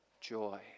Joy